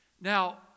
Now